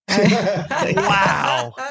Wow